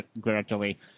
gradually